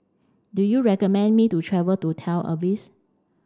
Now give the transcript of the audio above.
do you recommend me to travel to Tel Aviv